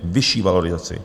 Vyšší valorizaci.